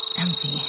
Empty